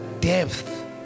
depth